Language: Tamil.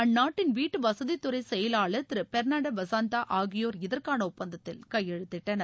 அந்நாட்டின் வீட்டு வசதித்துறை செயலாளர் திரு பெர்னார்ட் வசந்தா ஆகியோர் இதற்கான ஒப்பந்தத்தில் கையெழுத்திட்டனர்